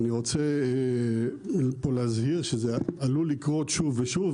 אני רוצה להזהיר שזה עלול לקרות שוב ושוב,